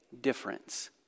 difference